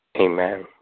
Amen